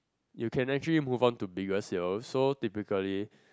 you can actually move on to bigger seals so typically